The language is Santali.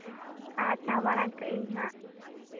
ᱟᱪᱪᱷᱟ ᱢᱟᱲᱟᱝ ᱠᱟᱜ ᱟᱹᱧ ᱦᱟᱸᱜ